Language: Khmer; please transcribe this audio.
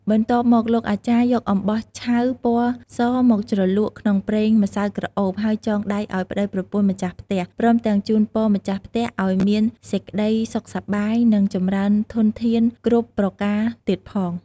បន្ទាប់មកលោកអាចារ្យ យកអំបោះឆៅពណ៌សមកជ្រលក់ក្នុងប្រេងម្សៅក្រអូប ហើយចងដៃឲ្យប្ដីប្រពន្ធម្ចាស់ផ្ទះ ព្រមទាំងជូនពរម្ចាស់ផ្ទះឲ្យមានសេចក្តីសុខសប្បាយ នឹងចម្រើនធនធានគ្រប់ប្រការទៀតផង។